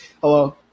Hello